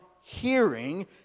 hearing